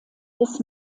des